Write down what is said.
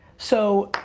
so,